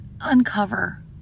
uncover